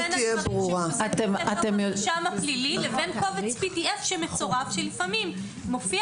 בין טופס מרשם פלילי לבין קובץ PDF שמצורף שלפעמים מופיע